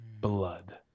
blood